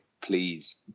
please